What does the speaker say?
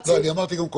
אדוני יושב-ראש הוועדה,